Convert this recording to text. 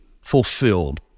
fulfilled